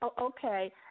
Okay